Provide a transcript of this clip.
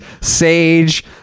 Sage